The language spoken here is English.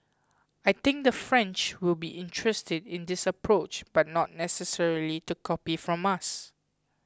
I think the French will be interested in this approach but not necessarily to copy from us